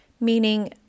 meaning